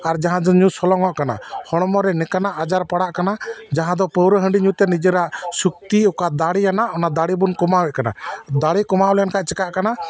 ᱟᱨ ᱡᱟᱦᱟᱸᱭ ᱫᱚ ᱧᱩ ᱥᱚᱞᱚᱝᱚᱜ ᱠᱟᱱᱟ ᱦᱚᱲᱢᱚ ᱨᱮ ᱱᱤᱝᱠᱟᱱᱟᱜ ᱟᱡᱟᱨ ᱯᱟᱲᱟᱜ ᱠᱟᱱᱟ ᱡᱟᱦᱟᱸ ᱫᱚ ᱯᱟᱹᱣᱨᱟᱹ ᱦᱟᱺᱰᱤ ᱧᱩᱛᱮ ᱱᱤᱡᱮᱨᱟᱜ ᱥᱚᱠᱛᱤ ᱚᱠᱟ ᱫᱟᱲᱮ ᱟᱱᱟᱜ ᱚᱱᱟ ᱫᱟᱲᱮ ᱵᱚᱱ ᱠᱚᱢᱟᱣᱮᱫ ᱠᱟᱱᱟ ᱫᱟᱲᱮ ᱠᱚᱢᱟᱣ ᱞᱮᱱᱠᱷᱟᱡ ᱪᱮᱠᱟᱜ ᱠᱟᱱᱟ